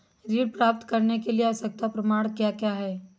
ऋण प्राप्त करने के लिए आवश्यक प्रमाण क्या क्या हैं?